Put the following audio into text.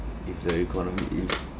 if the economy is